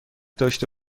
داشته